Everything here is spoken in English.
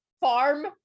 farm